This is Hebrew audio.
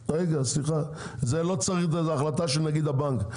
זה לא צריך החלטה של נגיד הבנק,